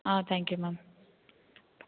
ah thank you ma'am